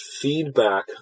feedback